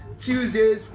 Tuesdays